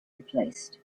replaced